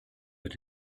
that